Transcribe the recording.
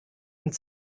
und